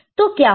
तो क्या होगा